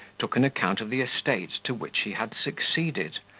took an account of the estate to which he had succeeded,